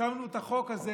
שמנו את החוקים,